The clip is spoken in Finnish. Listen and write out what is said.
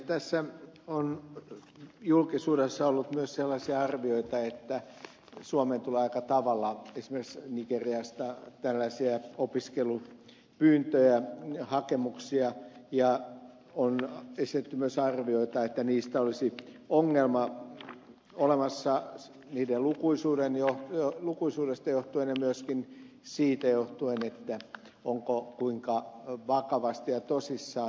tässä on julkisuudessa ollut myös sellaisia arvioita että suomeen tulee aika tavalla esimerkiksi nigeriasta tällaisia opiskelupyyntöjä hakemuksia ja on esitetty myös arvioita että niistä olisi ongelma olemassa niiden lukuisuudesta johtuen ja myöskin siitä johtuen kuinka vakavasti ja tosissaan näitä opiskelupaikkoja on haettu